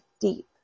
deep